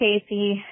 Casey